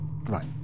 Right